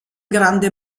grande